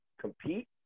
compete